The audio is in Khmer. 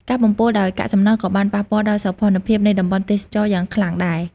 ការបំពុលដោយកាកសំណល់ក៏បានប៉ះពាល់ដល់សោភ័ណភាពនៃតំបន់ទេសចរណ៍យ៉ាងខ្លាំងដែរ។